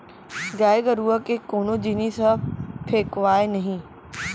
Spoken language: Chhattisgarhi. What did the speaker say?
गाय गरूवा के कोनो जिनिस ह फेकावय नही